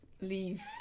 leave